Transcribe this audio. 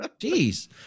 Jeez